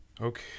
Okay